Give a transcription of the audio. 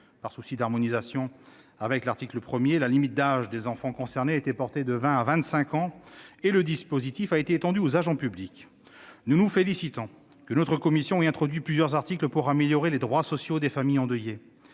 Par souci d'harmonisation avec l'article 1, la limite d'âge des enfants concernés a été portée de 20 à 25 ans et le dispositif a été étendu aux agents publics. Nous nous félicitons de ce que notre commission ait introduit plusieurs articles pour améliorer les droits sociaux des familles endeuillées.